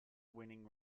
winning